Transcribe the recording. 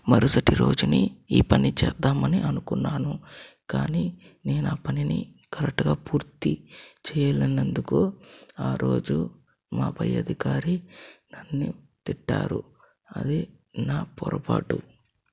మరుసటి రోజుని ఈ పని చేద్దామని అని అనుకున్నాను కానీ నేను ఆ పనిని కరెక్ట్ గా పూర్తి చేయలేనందుకు ఆరోజు మాపై అధికారి నన్ను తిట్టారు అది నా పొరపాటు